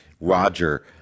Roger